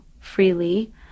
freely